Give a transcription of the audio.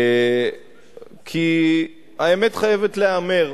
כי האמת חייבת להיאמר,